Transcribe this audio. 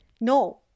no